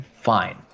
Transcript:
Fine